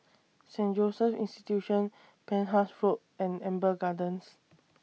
Saint Joseph's Institution Penhas Road and Amber Gardens